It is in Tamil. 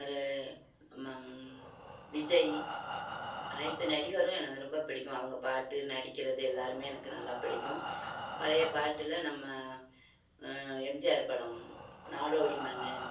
ரே நம்ம விஜய் அனைத்து நடிகரும் எனக்கு ரொம்ப பிடிக்கும் அவங்க பாட்டு நடிக்கிறது எல்லாருமே எனக்கு நல்லா பிடிக்கும் பழைய பாட்டில் நம்ம எம்ஜிஆர் படம் நாடோடி மன்னன்